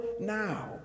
now